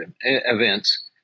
events